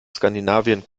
skandinavien